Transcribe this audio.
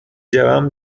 جوم